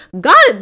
God